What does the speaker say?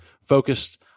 focused